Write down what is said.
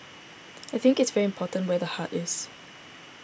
I think it's very important where the heart is